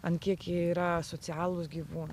ant kiek jie yra socialūs gyvūnai